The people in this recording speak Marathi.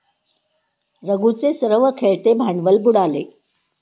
रघूचे सर्व खेळते भांडवल बुडाले